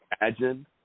imagine